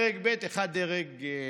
לא ידעתי.